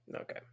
Okay